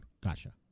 Gotcha